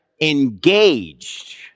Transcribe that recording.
engaged